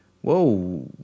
Whoa